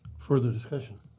further discussion?